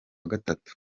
gatatu